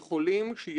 חברי באמת.